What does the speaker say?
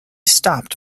stopped